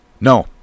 No